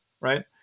right